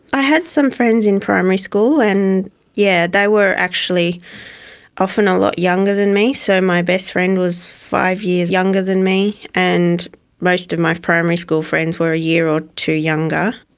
i had some friends in primary school and yeah they were actually often a lot younger than me, so my best friend was five years younger than me, and most of my primary school friends were a year or two younger.